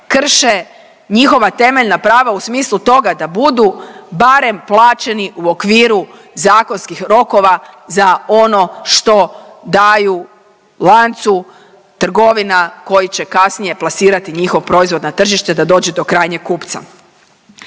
krše njihova temeljna prava u smislu toga da budu barem plaćeni u okviru zakonskih rokova za ono što daju lancu trgovina koji će kasnije plasirati njihov proizvod na tržište da dođe do krajnjeg kupca.